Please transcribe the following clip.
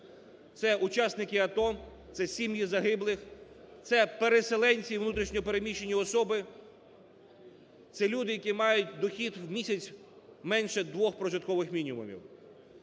Це учасники АТО, це сім'ї загиблих, це переселенці і внутрішньо переміщені особи, це люди, які мають дохід в місяць менше двох прожиткових мінімумів.